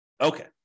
Okay